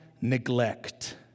neglect